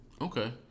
Okay